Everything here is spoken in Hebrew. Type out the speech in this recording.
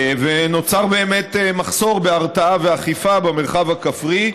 ונוצר באמת מחסור בהרתעה ואכיפה במרחב הכפרי,